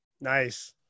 Nice